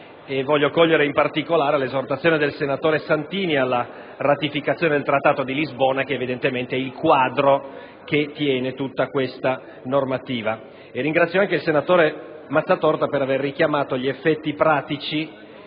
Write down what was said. Voglio cogliere, in particolare, l'esortazione del senatore Santini alla ratifica del Trattato di Lisbona, che evidentemente è il quadro che tiene tutta questa normativa. Ringrazio anche il senatore Mazzatorta per aver richiamato gli effetti pratici